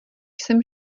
jsem